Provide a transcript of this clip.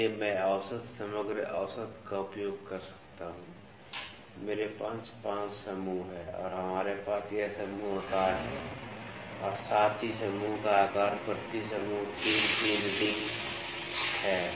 इसलिए मैं औसत समग्र औसत का उपयोग कर सकता हूं मेरे पास 5 समूह हैं और हमारे पास यह समूह आकार है और साथ ही समूह का आकार प्रति समूह 3 3 रीडिंग है